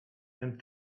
and